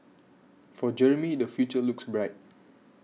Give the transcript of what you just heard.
for Jeremy the future looks bright